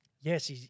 Yes